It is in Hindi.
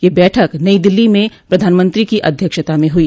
यह बैठक नई दिल्ली में प्रधानमंत्री की अध्यक्षता में हुई